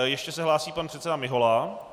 Ještě se hlásí pan předseda Mihola.